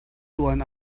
tuan